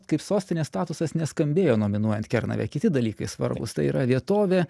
kaip sostinės statusas neskambėjo nominuojant kernavę kiti dalykai svarbūs tai yra vietovė